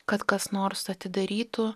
kad kas nors atidarytų